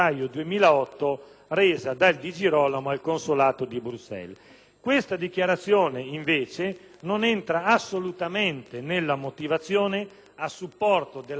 stessa dichiarazione invece non rientra assolutamente nella motivazione a supporto della proposta di decadenza dal seggio per il senatore Di Girolamo.